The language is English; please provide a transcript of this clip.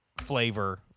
flavor